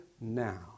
now